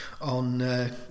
on